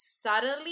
Subtly